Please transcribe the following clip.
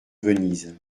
venise